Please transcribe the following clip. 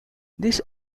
these